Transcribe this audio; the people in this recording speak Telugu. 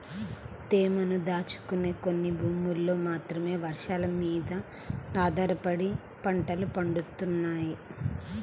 తేమను దాచుకునే కొన్ని భూముల్లో మాత్రమే వర్షాలమీద ఆధారపడి పంటలు పండిత్తన్నారు